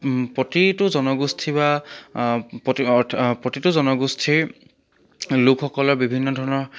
প্ৰতিটো জনগোষ্ঠী বা প্ৰতিটো জনগোষ্ঠীৰ লোকসকলৰ বিভিন্ন ধৰণৰ